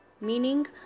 meaning